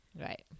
right